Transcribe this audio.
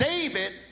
David